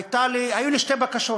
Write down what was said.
היו לי שתי בקשות